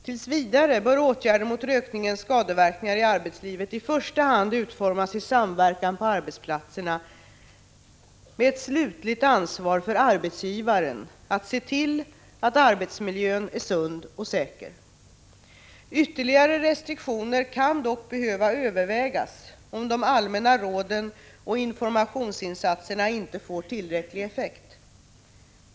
Tills vidare bör åtgärder mot rökningens skadeverkningar i arbetslivet i första hand utformas i samverkan på arbetsplatserna med ett slutligt ansvar för arbetsgivaren att se till att arbetsmiljön är sund och säker. Ytterligare restriktioner kan dock behöva övervägas om de allmänna råden och informationsinsatserna inte får tillräcklig effekt.